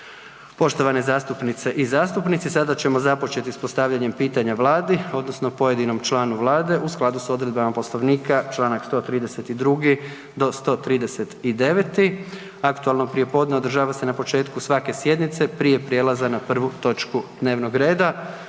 Poštovane zastupnice i zastupnici sada ćemo započeti s postavljanjem pitanja Vladi odnosno pojedinom članu Vlade u skladu s odredbama Poslovnika Članak 132. do 139. Aktualno prijepodne održava se na početku svake sjednice prije prijelaza na prvu točku dnevnog reda.